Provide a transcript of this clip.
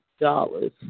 dollars